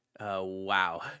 Wow